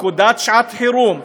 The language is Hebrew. פקודת שעת-חירום,